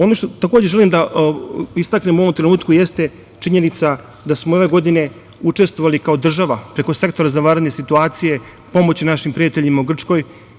Ono što takođe želim da istaknem u ovom trenutku jeste činjenica da smo ove godine učestvovali kao država, preko Sektora za vanredne situacije u pomoći našim prijateljima u Grčkoj.